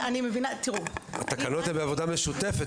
התקנות הם בעבודה משותפת,